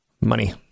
Money